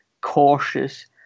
cautious